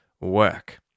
work